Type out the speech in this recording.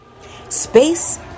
space